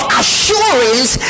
assurance